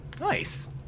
Nice